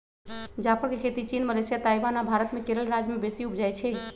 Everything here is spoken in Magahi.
जाफर के खेती चीन, मलेशिया, ताइवान आ भारत मे केरल राज्य में बेशी उपजै छइ